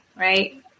right